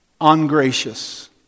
ungracious